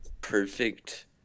perfect